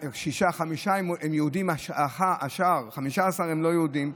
חמישה הם יהודים והשאר, 15, הם לא יהודים.